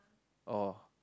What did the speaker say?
orh